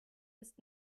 ist